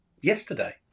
yesterday